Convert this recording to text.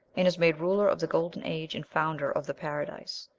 and is made ruler of the golden age and founder of the paradise.